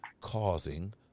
causing